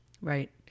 Right